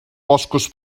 boscos